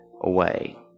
away